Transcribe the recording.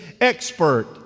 Expert